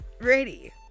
Ready